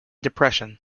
depression